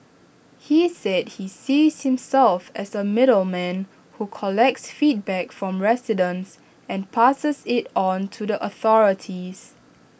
he said he sees himself as A middleman who collects feedback from residents and passes IT on to the authorities